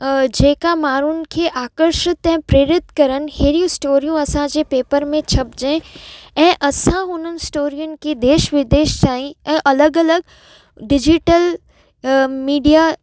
जेका माण्हुनि खे आकर्षित ऐं प्रेरित कनि अहिड़ियूं स्टोरियूं असांजे पेपर में छपजे ऐं असां हुननि स्टोरियुनि की देश विदेश ताईं ऐं अलॻि अलॻि डिजिटल मीडिया